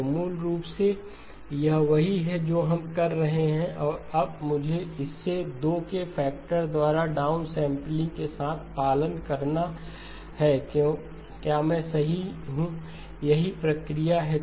तो मूल रूप से यह वही है जो हम कर रहे हैं और अब मुझे इसे 2 के फैक्टर द्वारा डाउन सैंपलिंग के साथ पालन करना है क्या मैं सही हूं यही प्रक्रिया है